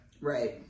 Right